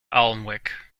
alnwick